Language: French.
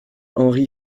henri